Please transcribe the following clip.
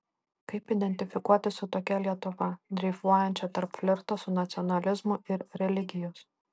kaip identifikuotis su tokia lietuva dreifuojančia tarp flirto su nacionalizmu ir religijos